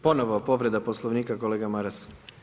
Ponovno povreda Poslovnika, kolega Maras.